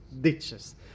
ditches